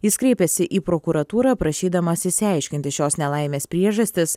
jis kreipėsi į prokuratūrą prašydamas išsiaiškinti šios nelaimės priežastis